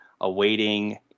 awaiting